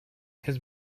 his